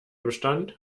bestand